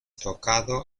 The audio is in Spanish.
tocado